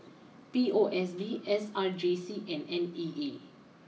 P O S B S R J C and N E E